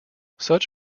such